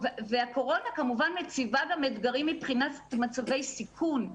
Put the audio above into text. הקורונה כמובן מציבה גם אתגרים מבחינת מצבי סיכון.